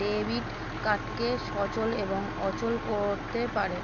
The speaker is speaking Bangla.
ডেবিট কার্ডকে সচল এবং অচল করতে পারে